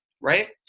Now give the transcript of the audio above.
Right